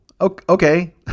okay